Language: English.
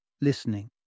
Listening